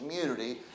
community